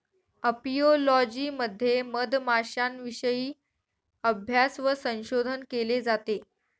apiology मध्ये मधमाश्यांविषयी अभ्यास व संशोधन केले जाते